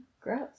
Gross